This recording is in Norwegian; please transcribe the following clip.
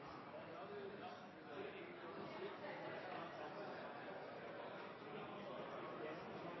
da er det